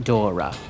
Dora